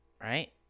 right